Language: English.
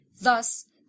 Thus